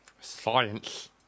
Science